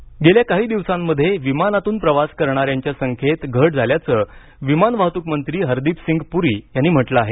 प्रवासी घट गेल्या काही दिवसांमध्ये विमानातून प्रवास करणाऱ्यांच्या संख्येत घट झाल्याचं विमानवाहतूक मंत्री हरदीपसिंग पुरी यांनी म्हटलं आहे